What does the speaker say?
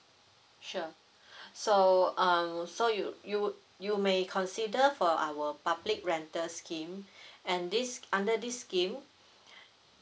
sure so um so you would you would you may consider for our public rental scheme and this under this scheme